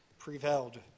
Prevailed